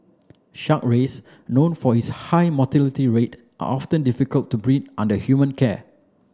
Shark rays known for its high mortality rate are often difficult to breed under human care